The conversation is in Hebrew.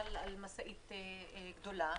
שמובל על משאית גדולה,